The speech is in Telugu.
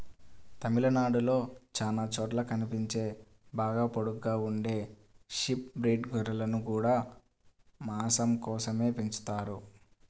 తమిళనాడులో చానా చోట్ల కనిపించే బాగా పొడుగ్గా ఉండే షీప్ బ్రీడ్ గొర్రెలను గూడా మాసం కోసమే పెంచుతారంట